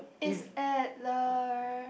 is at the